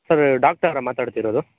sir ಡಾಕ್ಟರಾ ಮಾತಾಡ್ತಿರೋದು